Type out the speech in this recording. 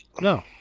No